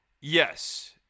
Yes